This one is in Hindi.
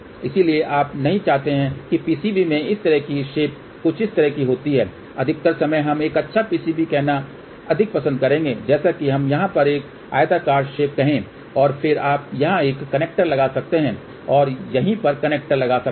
इसलिए आप नहीं चाहते हैं PCB में इस तरह की शेप कुछ इस तरह की होती है अधिकतर समय हम एक अच्छा PCB कहना अधिक पसंद करेंगे जैसे कि हम यहाँ पर एक आयताकार शेप कहें और फिर आप यहाँ एक कनेक्टर लगा सकते हैं और यहीं पर कनेक्टर लगा सकते हैं